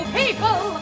people